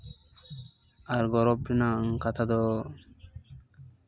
ᱟᱨ ᱜᱚᱨᱚᱵᱽ ᱨᱮᱱᱟᱜ ᱠᱟᱛᱷᱟ ᱫᱚ